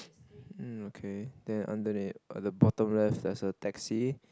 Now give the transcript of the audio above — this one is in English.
um okay then underneath the bottom left has a taxi